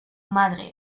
madre